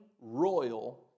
royal